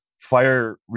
fire